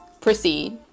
proceed